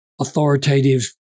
authoritative